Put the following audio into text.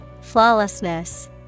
Flawlessness